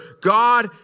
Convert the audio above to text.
God